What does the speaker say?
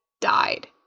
died